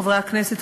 חברי הכנסת,